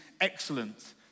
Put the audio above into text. excellent